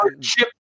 Chip